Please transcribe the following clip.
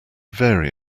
vary